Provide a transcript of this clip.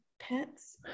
Pets